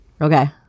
Okay